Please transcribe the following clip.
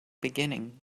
beginning